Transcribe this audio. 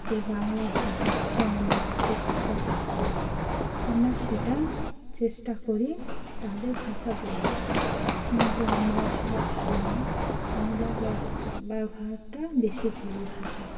যে বাংলা ভাষাচ্ছে অন্য কিছু ভাষা বলতে আমরা সেটা চেষ্টা করি তাদের ভাষা বলার কিন্তু আমরা সব সময় বাংলা ব্য ব্যবহারটা বেশি করি ভাষায়